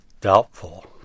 doubtful